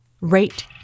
Rate